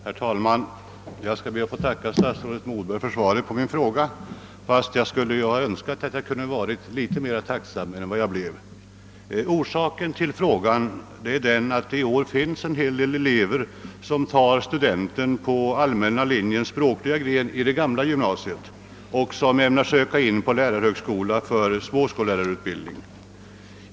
Herr talman! Jag ber att få tacka statsrådet Moberg för svaret på min fråga, fast jag skulle ha önskat att jag hade kunnat bli litet mera tacksam än jag är. Orsaken till frågan är att det i år finns många elever som tar studenten på allmänna linjens språkliga gren i det gamla gymnasiet och som ämnar söka in på lärarhögskolan för småskollärarutbildning.